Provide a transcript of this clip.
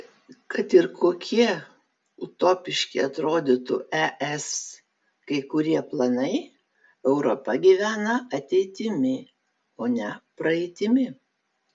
kad ir kokie utopiški atrodytų es kai kurie planai europa gyvena ateitimi o ne praeitimi